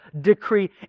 decree